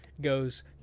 goes